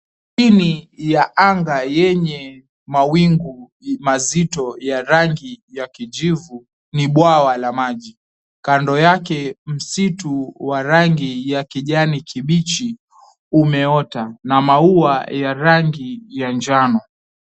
China ya anga yenye mawingu mazito ya rangi ya kijivu ni bwawa la maji kando yake msitu wa rangi ya kijani kibichi umeota na maua ya rangi ya njano.